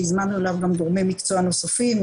שהזמנו אליו גם גורמי מקצוע נוספים,